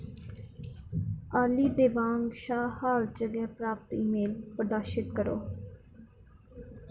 आली देवांग शा हाल च गै प्राप्त ईमेल प्रदर्शत करो